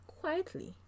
quietly